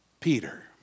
Peter